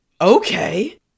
okay